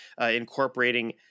incorporating